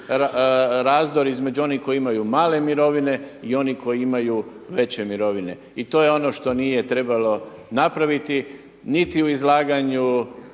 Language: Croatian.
razdor između onih koji imaju male mirovine i onih koji imaju veće mirovine. I to je ono što nije trebalo napraviti niti u izlaganju